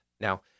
Now